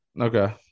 okay